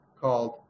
called